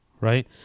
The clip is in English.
right